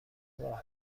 راه